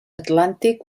atlàntic